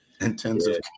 Intensive